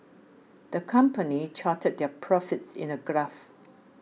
the company charted their profits in a graph